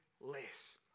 less